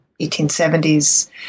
1870s